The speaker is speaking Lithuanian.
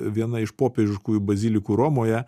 viena iš popiežiškųjų bazilikų romoje